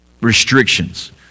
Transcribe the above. restrictions